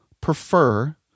prefer